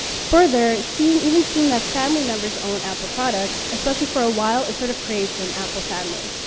further, seeing, even seeing that family members own apple products, especially for a while, it sort of creates an apple family.